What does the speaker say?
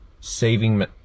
saving